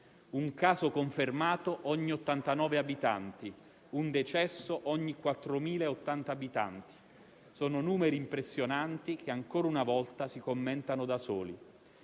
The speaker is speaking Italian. un caso confermato ogni 89 abitanti e un decesso ogni 4.080 abitanti. Sono numeri impressionanti che, ancora una volta, si commentano da soli.